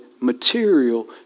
material